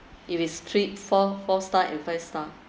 if it's three four four star and five star